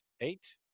eight